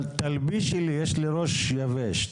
יש לי ראש יבש.